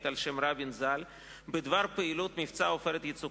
על שם רבין ז"ל בדבר פעילות מבצע "עופרת יצוקה".